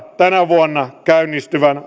vuonna käynnistyvän